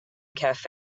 cafe